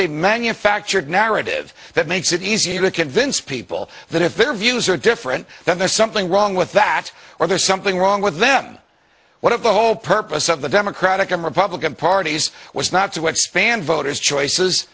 a manufactured narrative that makes it easier to convince people that if their views are different then there's something wrong with that or there's something wrong with them what if the whole purpose of the democratic and republican parties was not to expand voters choices